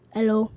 Hello